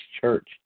Church